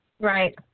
Right